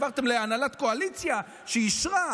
העברתם להנהלת קואליציה שאישרה,